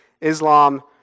Islam